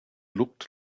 looked